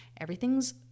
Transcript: Everything's